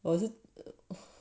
我是